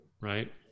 right